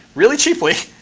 really cheaply,